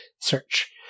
search